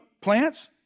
plants